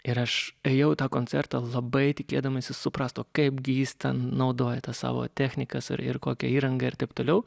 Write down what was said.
ir aš ėjau į tą koncertą labai tikėdamasis suprast o kaip gi jis ten naudoja tas savo technikas ir ir kokią įrangą ir taip toliau